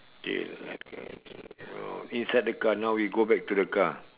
K like uh uh uh inside the car now we go back to the car